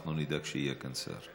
אנחנו נדאג שיהיה כאן שר.